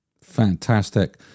Fantastic